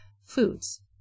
foods